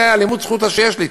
זה הלימוד-זכות שיש לי,